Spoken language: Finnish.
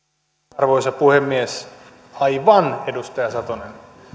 arvoisa puhemies aivan edustaja satonen